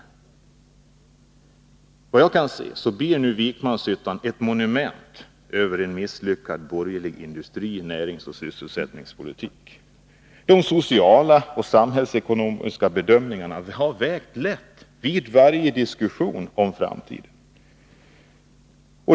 Efter vad jag förstår blir Vikmanshyttan nu ett monument över en misslyckad borgerlig industri-, näringsoch sysselsättningspolitik. De sociala och samhällsekonomiska bedömningarna har vägt lätt vid varje diskussion om framtiden.